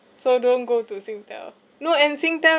so don't go to singtel no and singtel